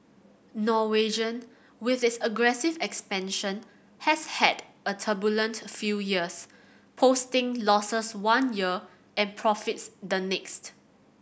Norwegian with its aggressive expansion has had a turbulent few years posting losses one year and profits the next